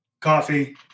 coffee